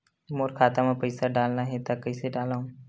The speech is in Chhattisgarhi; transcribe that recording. मोर खाता म पईसा डालना हे त कइसे डालव?